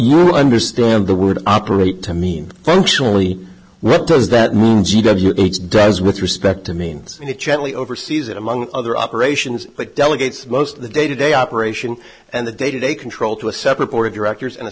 you understand the word operate to mean functionally what does that mean g w h does with respect to means it generally oversees it among other operations but delegates most of the day to day operation and the day to day control to a separate board of directors and a